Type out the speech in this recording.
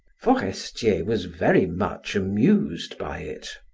forestier was very much amused by it.